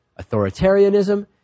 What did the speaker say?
authoritarianism